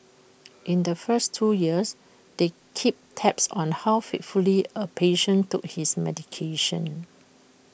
in the first two years they kept tabs on how faithfully A patient took his medication